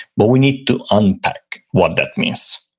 but we need to unpack what that means.